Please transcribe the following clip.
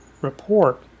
report